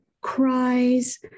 cries